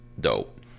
dope